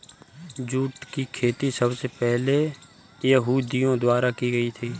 jute की खेती सबसे पहले यहूदियों द्वारा की गयी थी